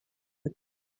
and